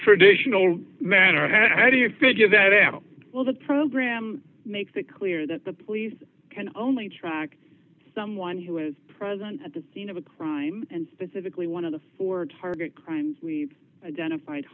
traditional manner as i do you figure that out well the program makes it clear that the police can only track someone who is present at the scene of a crime and specifically one of the four target crimes we've identified